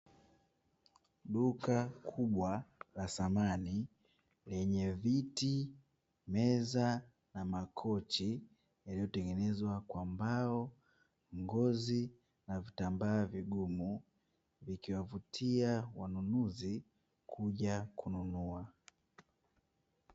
Duka kubwa la samani lenye viti, meza na makochi yaliyotengenezwa kwa mbao, ngozi na vitambaa vigumu vikiwavutia wanunuzi kuja kununua.